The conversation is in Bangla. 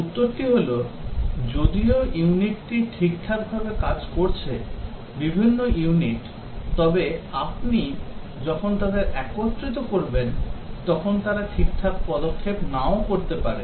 উত্তরটি হল যদিও ইউনিটটি ঠিকঠাকভাবে কাজ করছে বিভিন্ন ইউনিট তবে আপনি যখন তাদের একত্রিত করবেন তখন তারা ঠিকঠাক পদক্ষেপ নাও করতে পারে